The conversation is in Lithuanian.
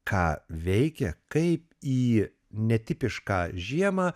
ką veikia kaip į netipišką žiemą